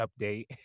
update